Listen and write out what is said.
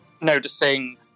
Noticing